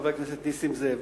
חבר הכנסת נסים זאב,